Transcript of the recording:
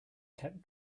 kept